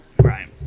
Right